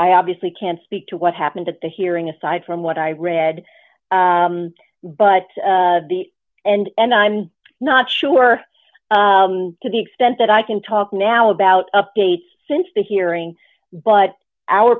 i obviously can't speak to what happened at the hearing aside from what i read but the and i'm not sure to the extent that i can talk now about updates since the hearing but our